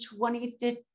2015